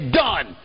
done